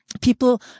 People